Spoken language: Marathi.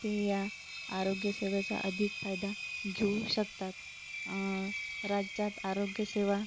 ते ह्या आरोग्यसेवेचा अधिक फायदा घेऊ शकतात राज्यात आरोग्यसेवा